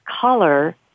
color